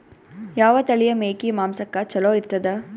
ಯಾವ ತಳಿಯ ಮೇಕಿ ಮಾಂಸಕ್ಕ ಚಲೋ ಇರ್ತದ?